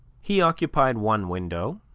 he occupied one window,